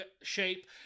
shape